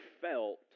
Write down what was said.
felt